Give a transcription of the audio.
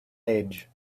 edge